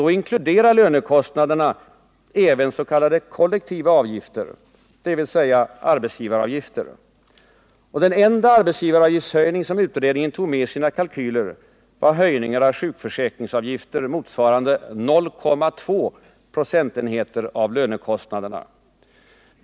Lönekostnaderna inkluderar då även s.k. kollektiva avgifter, dvs. arbetsgivaravgifter. Den enda avgiftshöjning utredningen tog med i sina kalkyler var höjningar av sjukförsäkringsavgifter motsvarande 0,2 procentenheter av lönekostnaderna.